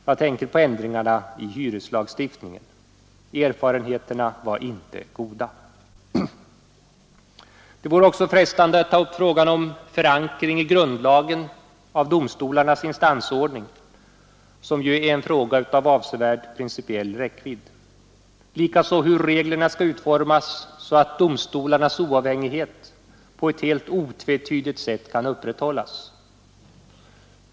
Jag tänker på ändringarna i hyreslagstiftningen. Erfarenheterna var inte goda. Det vore också frestande att ta upp frågan om förankring i grundlagen av domstolarnas instansordning, som är en fråga av avsevärd principiell räckvidd. Likaså hur reglerna skall utformas så att domstolarnas oavhängighet på ett helt otvetydigt sätt kan upprätthållas.